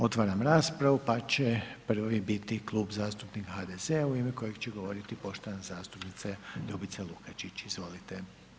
Otvaram raspravu, pa će prvi biti Klub zastupnika HDZ-a u ime kojeg će govoriti poštovana zastupnica Ljubica Lukačić, izvolite.